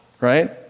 right